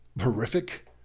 horrific